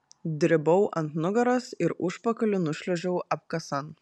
dribau ant nugaros ir užpakaliu nušliuožiau apkasan